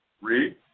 Read